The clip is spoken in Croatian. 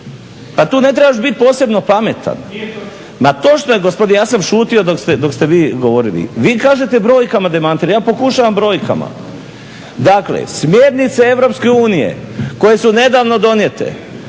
Pa tu ne trebaš biti posebno pametan. Ma točno je gospodine, ja sam šutio dok ste vi govorili. Vi kažete brojkama demantirajte, ja pokušavam brojkama. Dakle smjernice EU koje su nedavno donijete